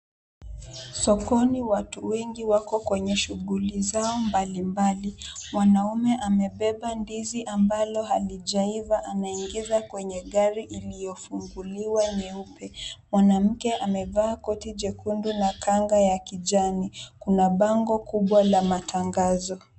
Sokoni watu wengi wako kwenye shughuli zao mbali mbali. Mwanaume amebeba ndizi ambalo halijaiva anaingiza kwenye gari iliyofunguliwa meupe. Mwanamke amevaa koti jekundu na kanga ya kijani. Kuna bango kubwa la matangazo.